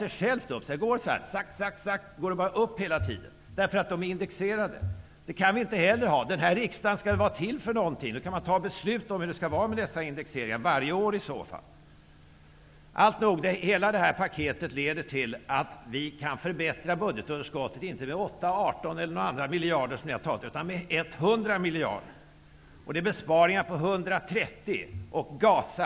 Eftersom utgifterna är indexerade, ökar de hela tiden av sig själva. Vi kan inte ha det på det sättet. Den här riksdagen skall väl vara till för någonting. Man kan exempelvis varje år fatta beslut om hur vi skall göra med indexeringar. Alltnog: Hela detta paket leder till att vi kan förbättra budgetunderskottet, inte med 8 eller 18 miljarder, utan med 100 miljarder. Det är besparingar på 130 miljarder.